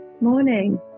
Morning